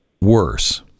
worse